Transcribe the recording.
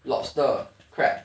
lobster crab